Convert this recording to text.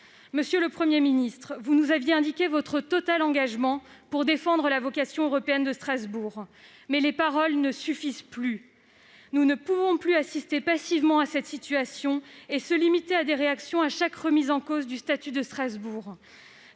Monsieur le Premier ministre, vous nous aviez indiqué votre total engagement pour défendre la vocation européenne de Strasbourg, mais les paroles ne suffisent plus. Nous ne pouvons plus assister passivement à cette situation et nous limiter à des réactions à chaque remise en cause du statut de Strasbourg.